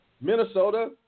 Minnesota